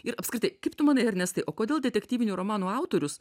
ir apskritai kaip tu manai ernestai o kodėl detektyvinių romanų autorius